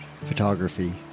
photography